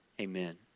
amen